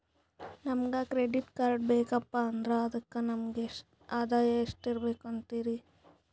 ನಮಗ credit card ಬೇಕಪ್ಪ ಅಂದ್ರ ಅದಕ್ಕ ನಮಗ ಆದಾಯ ಎಷ್ಟಿರಬಕು ಅಂತೀರಿ?